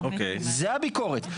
זו הביקורת,